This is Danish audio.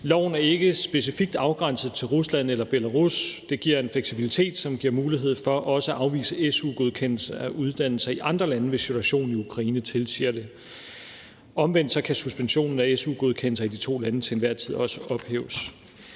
Loven er ikke specifikt afgrænset til Rusland eller Belarus. Det giver en fleksibilitet, som giver mulighed for også at afvise su-godkendelse af uddannelser i andre lande, hvis situationen i Ukraine tilsiger det. Omvendt kan suspensionen af su-godkendelser i de to lande til enhver tid også ophæves.